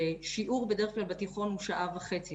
ששיעור בדרך כלל בתיכון הוא שעה וחצי,